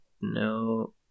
no